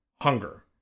hunger